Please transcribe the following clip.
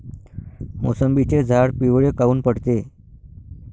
मोसंबीचे झाडं पिवळे काऊन पडते?